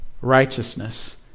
righteousness